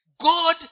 God